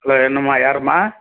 hello என்னம்மா யாரும்மா